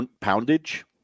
Poundage